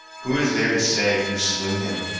who is there to say who slew him,